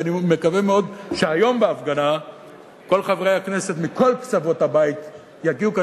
ואני מקווה מאוד שהיום בהפגנה כל חברי הכנסת מכל קצוות הבית יגיעו לכאן.